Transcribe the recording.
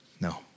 No